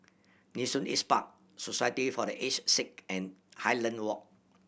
Nee Soon East Park Society for The Aged Sick and Highland Walk